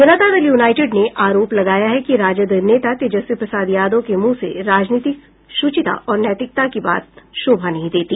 जनता Dal United ने आरोप लगाया है कि राजद नेता तेजस्वी प्रसाद यादव के मुंह से राजनीतिक श्रृचिता और नैतिकता की बात शोभा नहीं देती